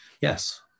Yes